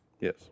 Yes